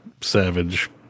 savage